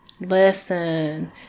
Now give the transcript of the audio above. listen